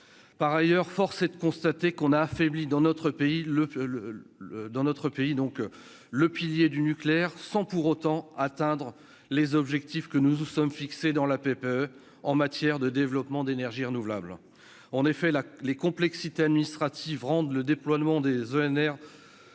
par ailleurs, force est de constater qu'on a affaibli dans notre pays le le le dans notre pays donc le pilier du nucléaire sans pour autant atteindre les objectifs que nous nous sommes fixés dans la PPE en matière de développement d'énergies renouvelables en effet la les complexités administratives rendent le déploiement des ENR